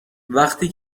وقتی